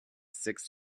six